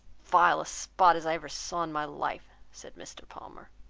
vile a spot as i ever saw in my life, said mr. palmer.